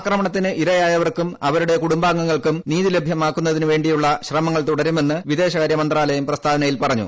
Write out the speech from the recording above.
ആക്രമണത്തിന് ഇരയായവർക്കും അവരുടെ കുടുംബാംഗങ്ങൾക്കും നീതി ലഭ്യമാക്കുന്നതിന് വേണ്ടിയുള്ള ശ്രമങ്ങൾ തുടരുമെന്ന് വിദേശകാര്യ മന്ത്രാലയം പ്രസ്താവനയിൽ പറഞ്ഞു